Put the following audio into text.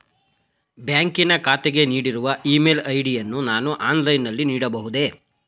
ಬ್ಯಾಂಕಿನ ಖಾತೆಗೆ ನೀಡಿರುವ ಇ ಮೇಲ್ ಐ.ಡಿ ಯನ್ನು ನಾನು ಆನ್ಲೈನ್ ನಲ್ಲಿ ನೀಡಬಹುದೇ?